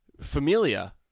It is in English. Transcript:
familia